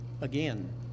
again